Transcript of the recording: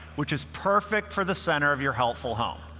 which is perfect for the center of your helpful home.